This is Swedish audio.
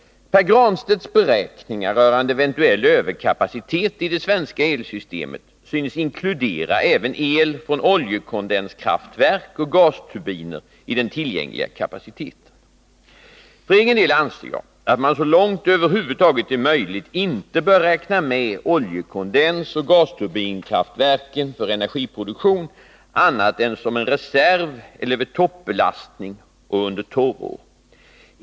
Pär Granstedts beräkningar rörande eventuell överkapacitet i det svenska elsystemet synes inkludera även el från oljekondenskraftverk och gasturbiner i den tillgängliga kapaciteten. För egen del anser jag att man så långt det över huvud taget är möjligt inte bör räkna med oljekondensoch gasturbinkraftverken för energiproduktion annat än som en reserv eller vid toppbelastning och under torrår.